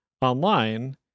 online